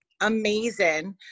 amazing